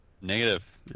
Negative